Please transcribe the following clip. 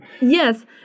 yes